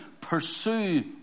pursue